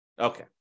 Okay